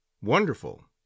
wonderful